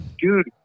Dude